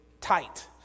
Tight